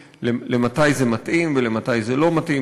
מתי זה מתאים ומתי זה לא מתאים.